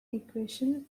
equation